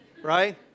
right